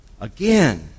Again